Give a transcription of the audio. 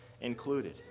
included